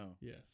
Yes